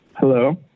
Hello